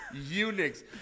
Unix